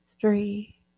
three